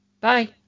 bye